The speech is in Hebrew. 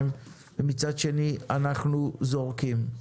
ומצד שני אנחנו זורקים.